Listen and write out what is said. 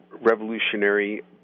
revolutionary